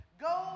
Go